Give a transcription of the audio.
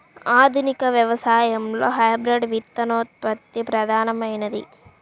ఆధునిక వ్యవసాయంలో హైబ్రిడ్ విత్తనోత్పత్తి ప్రధానమైనది